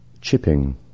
chipping